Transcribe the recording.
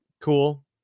Cool